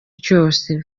cyose